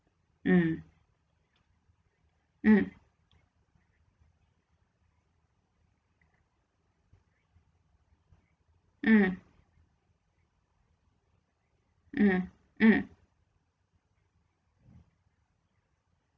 mm mm mm mm mm